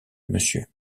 monsieur